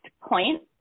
point